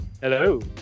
Hello